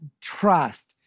trust